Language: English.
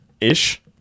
ish